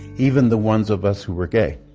even the ones of us who were gay.